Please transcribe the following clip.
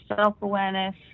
self-awareness